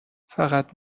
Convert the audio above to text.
فقط